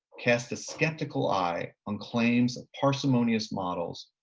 cast a skeptical eye on claims, parsimonious models.